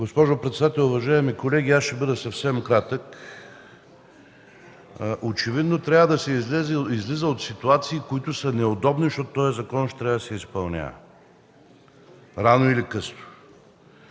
Госпожо председател, уважаеми колеги, аз ще бъда съвсем кратък. Очевидно трябва да се излиза от ситуации, които са неудобни, защото този закон ще трябва да се изпълнява – рано или късно.